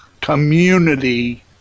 community